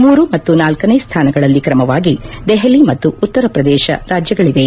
ಮೂರು ಮತ್ತು ನಾಲ್ಕನೇ ಸ್ಥಾನಗಳಲ್ಲಿ ಕ್ರಮವಾಗಿ ದೆಹಲಿ ಮತ್ತು ಉತ್ತರ ಪ್ರದೇಶ ರಾಜ್ಯಗಳಿವೆ